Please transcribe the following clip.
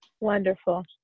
wonderful